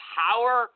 power